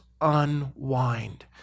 unwind